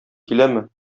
киләме